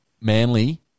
Manly